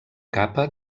capa